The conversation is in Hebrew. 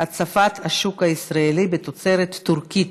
הצפת השוק הישראלי בתוצרת טורקית.